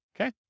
okay